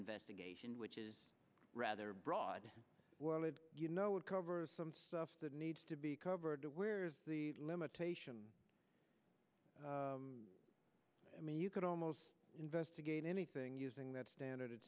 investigation which is rather broad you know would cover some stuff that needs to be covered to where the limitation i mean you could almost investigate anything using that standard it